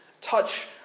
touch